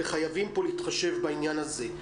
וחייבים פה להתחשב בעניין הזה.